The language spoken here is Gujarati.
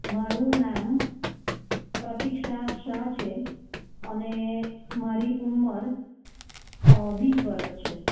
મારું નામ પ્રતિક્ષા શાહ છે અને મારી ઉમર વીસ વર્ષ છે